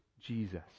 Jesus